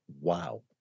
Wow